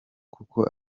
kuko